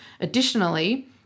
Additionally